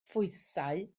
phwysau